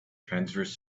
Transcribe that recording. transverse